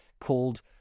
Called